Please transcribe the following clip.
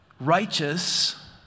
Righteous